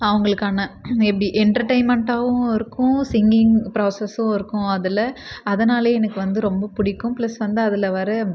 அவர்களுக்கான maybe என்டெர்டெய்ன்மெண்ட்டாகவும் இருக்கும் சிங்கிங் ப்ராசெஸ்சும் இருக்கும் அதில் அதனாலே எனக்கு வந்து ரொம்ப பிடிக்கும் ப்ளஸ் வந்து அதில் வர